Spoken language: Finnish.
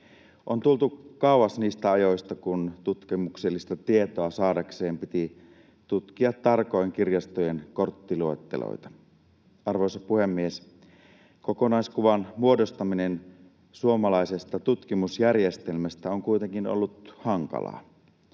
On tultu kauas niistä ajoista, kun tutkimuksellista tietoa saadakseen piti tutkia tarkoin kirjastojen korttiluetteloita. Arvoisa puhemies! Kokonaiskuvan muodostaminen suomalaisesta tutkimusjärjestelmästä on kuitenkin ollut hankalaa.